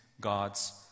God's